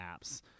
apps